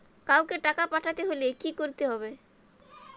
কাওকে টাকা পাঠাতে হলে কি করতে হবে?